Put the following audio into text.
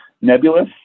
nebulous